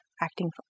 acting